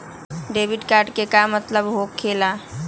Debit card के का मतलब होकेला?